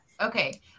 Okay